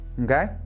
okay